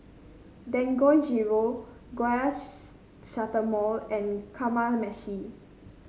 Dangojiru and Kamameshi